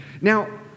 Now